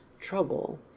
trouble